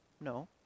No